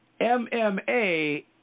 MMA